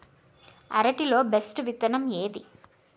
అరటి లో బెస్టు విత్తనం ఏది?